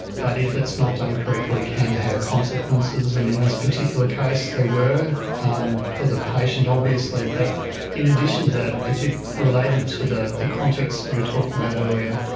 but if it's not done correctly can have consequences, and in this particular case there were, um for the patient obviously. but in addition to that, a bit related to the the context that you were talking about earlier,